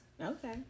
Okay